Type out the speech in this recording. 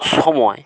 সময়